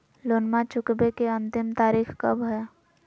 लोनमा चुकबे के अंतिम तारीख कब हय?